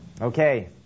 Okay